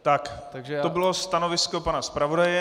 Tak to bylo stanovisko pana zpravodaje.